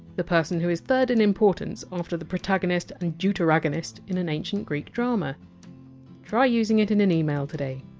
the person who is third in importance after the protagonist and deuteragonist, in an ancient greek drama try using it in an email today